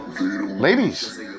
Ladies